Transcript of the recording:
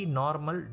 normal